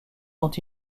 sont